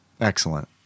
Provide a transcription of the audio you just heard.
Excellent